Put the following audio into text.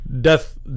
death